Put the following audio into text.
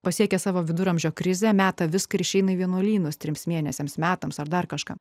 pasiekė savo viduramžio krizę meta viską ir išeina į vienuolynus trims mėnesiams metams ar dar kažką